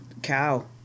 cow